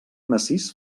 massís